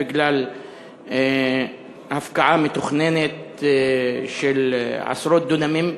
בגלל הפקעה מתוכננת של עשרות דונמים,